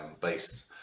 based